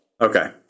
Okay